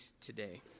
today